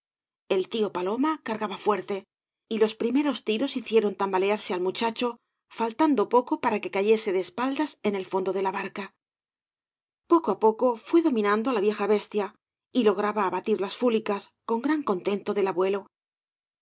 el tío paloma cargaba fuerte y los prí meros tiros hicieron tambalearse al muchacho faltando poco para que cayese de espaldas en el fondo de la barca poco á poco fué dominando á la vieja bestia y lograba abatir las fúlicas con gran contento del abuelo